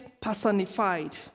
personified